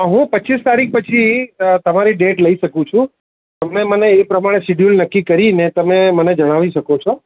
હું પચીસ તારીખ પછી તમારી ડેટ લઈ શકું છું તમે મને એ પ્રમાણે શિડ્યુલ નક્કી કરીને તમે મને જણાવી શકો છો